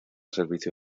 servicio